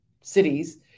cities